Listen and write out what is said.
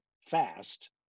fast